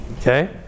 Okay